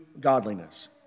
godliness